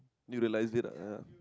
you realised it ah yeah